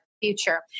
future